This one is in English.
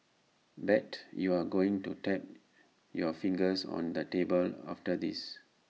bet you're going to tap your fingers on the table after this